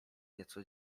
nieco